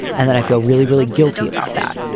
and then i feel really, really guilty about that.